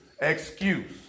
excuse